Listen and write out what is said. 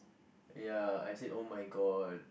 ya I said oh-my-god